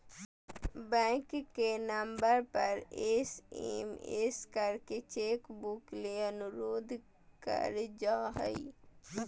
bank के नम्बर पर एस.एम.एस करके चेक बुक ले अनुरोध कर जा हय